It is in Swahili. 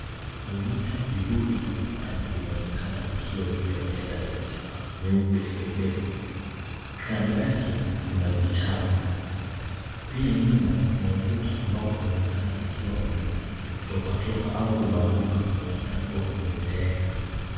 Monita, vibodi na vipanya vinaonekana vikiwa juu ya meza yenye sakafu nyeupe pepepe. Kando yake kuna vitabu. Pia nyuma kuna ukuta ambao unaonekana ukiwa umetoka toka au kubambuka kuonekana kuwa umezeeka.